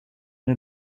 une